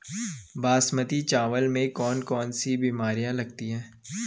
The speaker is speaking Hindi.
बासमती चावल में कौन कौन सी बीमारियां लगती हैं?